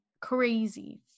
crazy